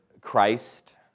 Christ